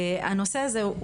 הנושא הזה מאוד